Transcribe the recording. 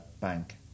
bank